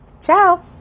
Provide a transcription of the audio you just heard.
Ciao